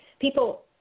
people –